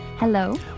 Hello